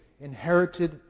inherited